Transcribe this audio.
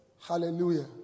Hallelujah